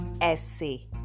Essay